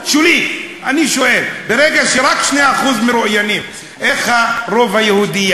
20%, מרואיינים רק ב-2%.